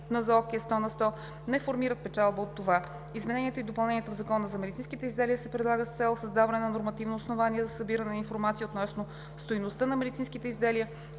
от НЗОК е сто на сто, не формират печалба от това. Измененията и допълненията в Закона за медицинските изделия се предлагат с цел създаване на нормативно основание за събиране на информация относно стойността на медицинските изделия,